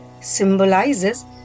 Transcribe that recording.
symbolizes